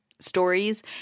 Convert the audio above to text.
stories